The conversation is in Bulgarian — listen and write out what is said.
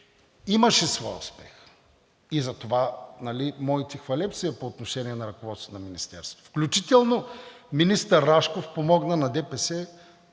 имаше своя успех. И затова моите хвалебствия по отношение на ръководството на Министерството, включително министър Рашков помогна на ДПС